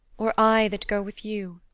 or i that go with you?